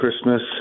Christmas